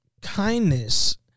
Kindness